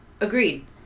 agreed